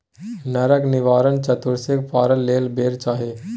नरक निवारण चतुदर्शीक पारण लेल बेर चाही